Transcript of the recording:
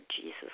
Jesus